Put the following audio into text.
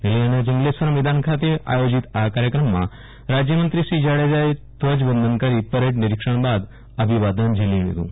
નલીયાના જંગલેશ્વર મેદાન ખાતે આયોજિત આ કાર્યક્રમમાં રાજ્યમંત્રી શ્રી જાડેજાએ ધ્વજવંદન કરી પરેડ નિરીક્ષણ બાદ જનમેદનીનું અભિવાદન ઝીલ્યું હતું